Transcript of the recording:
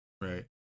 Right